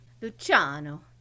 Luciano